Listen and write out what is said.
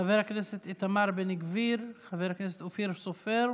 חבר הכנסת איתמר בן גביר, חבר הכנסת אופיר סופר,